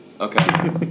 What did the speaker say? Okay